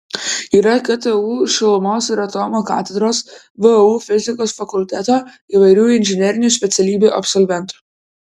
yra ktu šilumos ir atomo katedros vu fizikos fakulteto įvairių inžinerinių specialybių absolventų